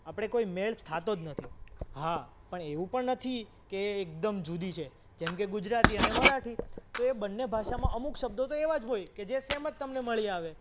આપણે કોઈ મેળ થતો જ નથી હા પણ એવું પણ નથી કે એકદમ જુદી છે જેમકે ગુજરાતી અને મરાઠી તો એ બંને ભાષામાં અમુક શબ્દો તો એવા જ હોય કે જે સેમ જ તમને મળી આવે